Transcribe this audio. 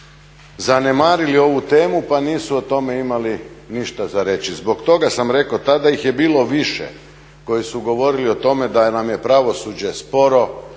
zanemarili ovu temu pa nisu o tome imali ništa za reći. Zbog toga sam rekao, tada sam ih imao više koji su govorili o tome da nam je pravosuđe sporo,